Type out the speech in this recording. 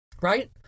right